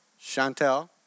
Chantel